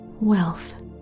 wealth